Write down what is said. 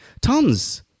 tons